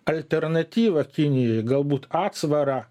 alternatyvą kinijai galbūt atsvarą